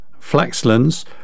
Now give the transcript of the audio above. Flaxlands